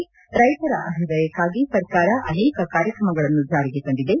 ದೇಶದ ರೈತರ ಅಭ್ಯದಯಕ್ಕಾಗಿ ಸರ್ಕಾರ ಅನೇಕ ಕಾರ್ಯಕ್ರಮಗಳನ್ನು ಜಾರಿಗೆ ತಂದಿದೆ